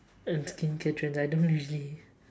and skincare trends I don't usually